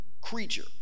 creature